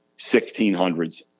1600s